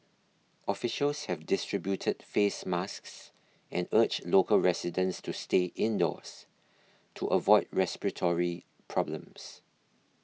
officials have distributed face masks and urged local residents to stay indoors to avoid respiratory problems